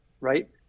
right